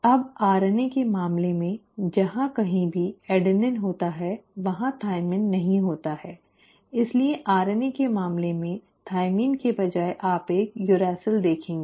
अब RNA के मामले में जहां कहीं भी एडेनिन होता है वहां थाइमिन नहीं होता है इसलिए RNA के मामले में थाइमिन के बजाय आप एक यूरेसिल देखेंगे